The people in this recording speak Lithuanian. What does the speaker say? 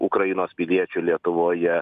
ukrainos piliečių lietuvoje